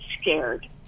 scared